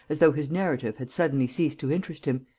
as though his narrative had suddenly ceased to interest him,